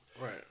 Right